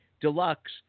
deluxe